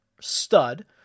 stud